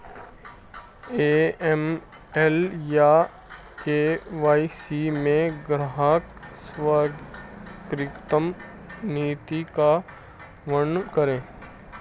AML या KYC में ग्राहक स्वीकृति नीति का वर्णन करें?